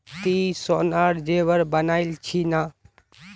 ती सोनार जेवर बनइल छि न